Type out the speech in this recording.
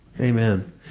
Amen